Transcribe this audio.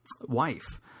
wife